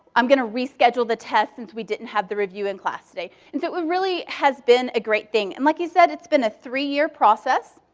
i'm going to reschedule the test since we didn't have the review in class today. and so it really has been a great thing. and like you said, it's been a three year process.